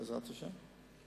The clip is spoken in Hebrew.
בעזרת השם,